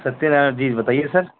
ستیہ نرائن جی بتائیے سر